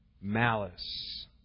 Malice